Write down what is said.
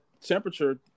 temperature